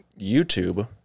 YouTube